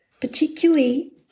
particularly